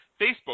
Facebook